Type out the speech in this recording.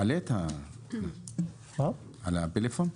מעלים על הפלאפון?